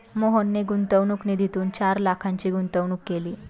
मोहनने गुंतवणूक निधीतून चार लाखांची गुंतवणूक केली